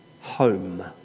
home